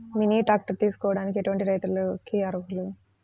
Mini tractor తీసుకోవడానికి ఎటువంటి రైతులకి అర్హులు?